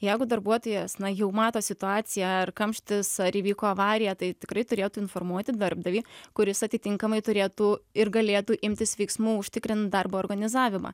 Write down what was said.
jeigu darbuotojas na jau mato situaciją ar kamštis ar įvyko avarija tai tikrai turėtų informuoti darbdavį kuris atitinkamai turėtų ir galėtų imtis veiksmų užtikrin darbo organizavimą